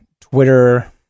Twitter